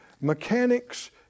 mechanics